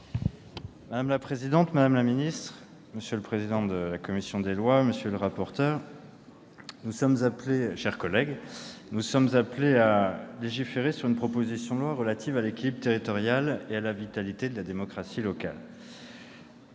Madame la présidente, madame la ministre, monsieur le président de la commission des lois, monsieur le rapporteur, monsieur le rapporteur pour avis, mes chers collègues, nous sommes appelés à examiner une proposition de loi relative à l'équilibre territorial et à la vitalité de la démocratie locale.